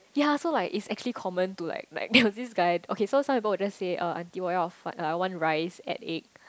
ya so like it's actually common to like like there was this guy okay so some people will just say uh auntie 我要饭 uh I want rice add egg